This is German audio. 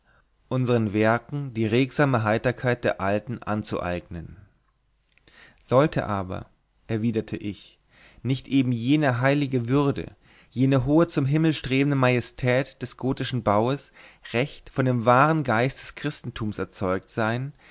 unsern werken die regsame heiterkeit der alten anzueignen sollte aber erwiderte ich nicht eben jene heilige würde jene hohe zum himmel strebende majestät des gotischen baues recht von dem wahren geist des christentums erzeugt sein